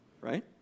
right